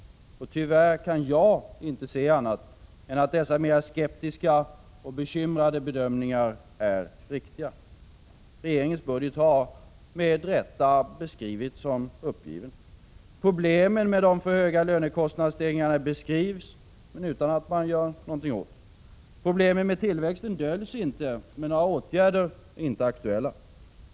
Tyvärr kan jag inte se annat än att dessa mera skeptiska och bekymrade bedömningar är riktiga. Regeringens budget har, med rätta, beskrivits som uppgiven. Problemen med de för höga lönekostnadsstegringarna beskrivs, men utan att man gör någonting åt dem. Problemen med tillväxten döljs inte, men några åtgärder är inte aktuella.